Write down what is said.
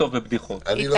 לא